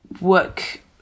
work